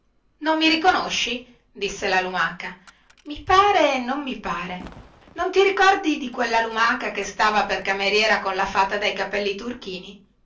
non mi riconosci disse la umaca i pare e non mi pare non ti ricordi di quella lumaca che stava per cameriera con la fata dai capelli turchini